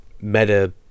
meta